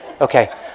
okay